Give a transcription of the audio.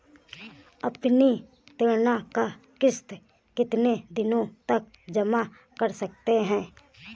अपनी ऋण का किश्त कितनी दिनों तक जमा कर सकते हैं?